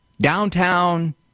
downtown